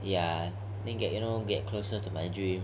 ya then you get you know get closer to my dream